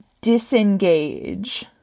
disengage